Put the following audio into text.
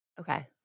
Okay